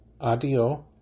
adio